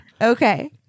Okay